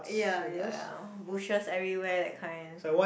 ya ya ya bushes everywhere that kind